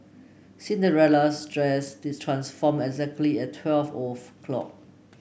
Cinderella's dress this transformed exactly at twelve of clock